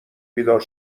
بیدار